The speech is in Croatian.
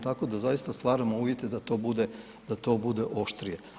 Tako da zaista stvaramo uvjete da to bude oštrije.